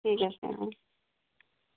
ঠিক আছে অ'